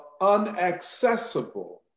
unaccessible